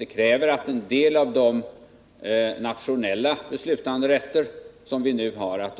Det kräver att en del av de nationella beslutanderätter som vi nu har